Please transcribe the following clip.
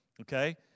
okay